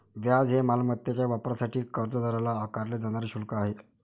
व्याज हे मालमत्तेच्या वापरासाठी कर्जदाराला आकारले जाणारे शुल्क आहे